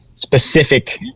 Specific